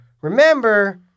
remember